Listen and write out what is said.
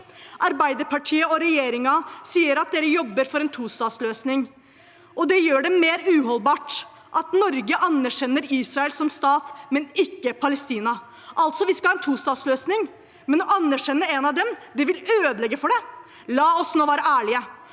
Arbeiderpartiet og regjeringen sier at de jobber for en tostatsløsning. Det gjør det mer uholdbart at Norge anerkjenner Israel som stat, men ikke Palestina. Vi skal altså ha en tostatsløsning, men å anerkjenne én av dem vil ødelegge for det? La oss være ærlige.